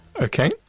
Okay